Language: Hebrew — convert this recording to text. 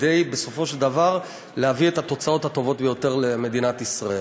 כדי להביא בסופו של דבר את התוצאות הטובות ביותר למדינת ישראל.